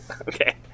Okay